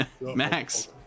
Max